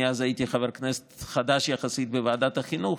אני אז הייתי חבר כנסת חדש יחסית בוועדת החינוך,